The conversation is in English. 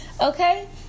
Okay